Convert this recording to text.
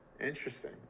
Interesting